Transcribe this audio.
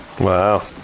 Wow